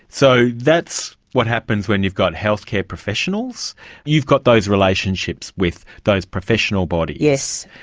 so that's what happens when you've got healthcare professionals you've got those relationships with those professional bodies. yes.